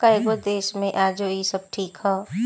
कएगो देश मे आजो इ सब ठीक ह